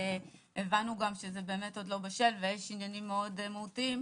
וגם הבנו שזה עוד לא בשל ויש עניינים מאוד מהותיים,